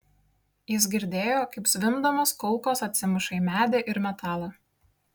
jis girdėjo kaip zvimbdamos kulkos atsimuša į medį ir metalą